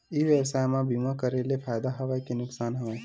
ई व्यवसाय म बीमा करे ले फ़ायदा हवय के नुकसान हवय?